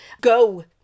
go